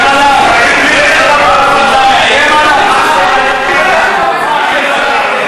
ההצעה להפוך את הצעת חוק חובת המכרזים (תיקון,